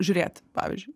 žiūrėti pavyzdžiui